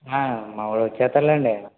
మావోడు వచ్చేస్తాడులెండి